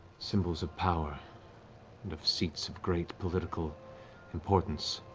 symbols of power and of seats of great political importance.